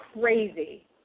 crazy